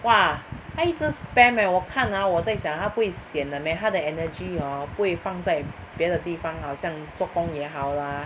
!wah! 她一直 spam eh 我看 ah 我在想她不会 sian 的 meh 她的 energy orh 不会放在别的地方好像做工也好 lah